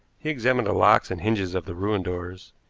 he examined the locks and hinges of the ruined doors,